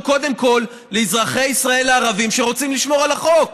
קודם כול לאזרחי ישראל הערבים שרוצים לשמור על החוק.